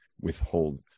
withhold